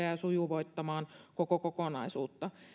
ja sujuvoittamaan koko kokonaisuutta